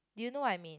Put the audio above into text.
do you know what I mean